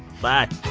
bye